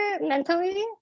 mentally